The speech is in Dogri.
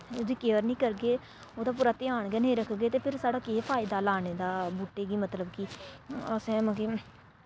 ओह्दी केयर निं करगे ओह्दा पूरा ध्यान गै निं रखगे ते फिर साढ़ा केह् फायदा लाने दा बूह्टे गी मतलब कि असें मतलब कि